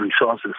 resources